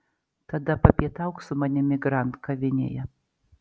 tada papietauk su manimi grand kavinėje